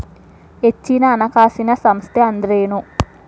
ಹೆಚ್ಚಿನ ಹಣಕಾಸಿನ ಸಂಸ್ಥಾ ಅಂದ್ರೇನು?